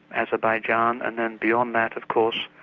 azerbaijan, and then beyond that of course,